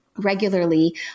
Regularly